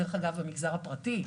דרך אגב במגזר הפרטי,